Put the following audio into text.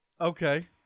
Okay